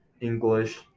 english